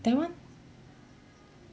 that [one]